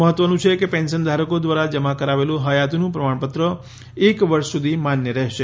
મહત્વનું છે કે પેન્શન ધારકો દ્વારા જમા કરાવેલું હયાતીનું પ્રમાણપત્ર એક વર્ષ સુધી માન્ય રહેશે